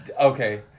Okay